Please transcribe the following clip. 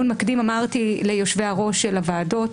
מקדים אמרתי ליושבי-הראש של הוועדות